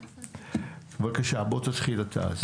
יופי, בוא תתחיל, בבקשה.